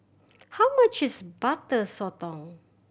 how much is Butter Sotong